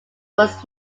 was